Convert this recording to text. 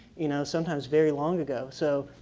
you know sometimes very long ago. so,